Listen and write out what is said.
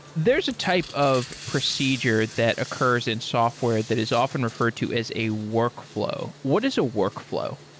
there's a type of procedure that occurs in software that is often referred to as a workflow. what is a workflow?